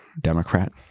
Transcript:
Democrat